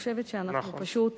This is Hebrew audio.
כי אני חושבת שאנחנו פשוט,